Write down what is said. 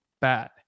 bad